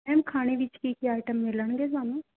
ma'am ਖਾਣੇ ਵਿੱਚ ਕੀ ਕੀ ਆਈਟਮ ਮਿਲਣਗੇ ਸਾਨੂੰ